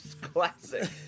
Classic